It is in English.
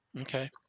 Okay